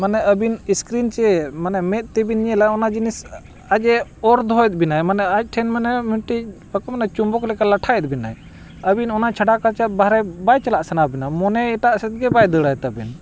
ᱢᱟᱱᱮ ᱟᱹᱵᱤᱱ ᱥᱠᱨᱤᱱ ᱥᱮ ᱢᱟᱱᱮ ᱢᱮᱫ ᱛᱤᱵᱤᱱ ᱧᱮᱞᱟ ᱚᱱᱟ ᱡᱤᱱᱤᱥ ᱟᱡ ᱮ ᱚᱨ ᱫᱚᱦᱚᱭᱮᱫ ᱵᱮᱱᱟᱭ ᱢᱟᱱᱮ ᱟᱡ ᱴᱷᱮᱱ ᱢᱟᱱᱮ ᱢᱤᱫᱴᱤᱡ ᱵᱟᱠᱚ ᱢᱟᱱᱮ ᱪᱩᱢᱵᱚᱠ ᱞᱮᱠᱟ ᱞᱟᱴᱷᱟ ᱭᱮᱫ ᱵᱤᱱᱟᱭ ᱟᱹᱵᱤᱱ ᱚᱱᱟ ᱪᱷᱟᱰᱟ ᱠᱟᱛᱮᱫ ᱵᱟᱦᱨᱮ ᱵᱟᱭ ᱪᱟᱞᱟᱜ ᱥᱟᱱᱟ ᱵᱮᱱᱟ ᱢᱚᱱᱮ ᱮᱴᱟᱜ ᱥᱮᱫ ᱜᱮ ᱵᱟᱭ ᱫᱟᱹᱲᱟᱭ ᱛᱟᱹᱵᱤᱱ